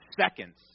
seconds